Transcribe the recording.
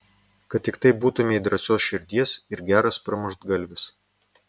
kad tiktai būtumei drąsios širdies ir geras pramuštgalvis